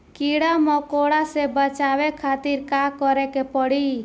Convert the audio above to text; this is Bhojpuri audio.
कीड़ा मकोड़ा से बचावे खातिर का करे के पड़ी?